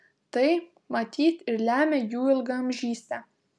tai matyt ir lemia jų ilgaamžystę